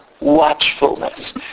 watchfulness